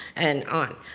and on.